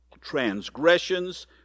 transgressions